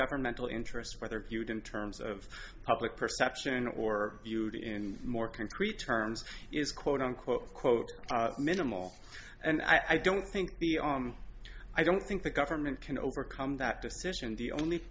governmental interest whether he would in terms of public perception or viewed in more concrete terms is quote unquote quote minimal and i don't think be on i don't think the government can overcome that decision the only